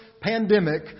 pandemic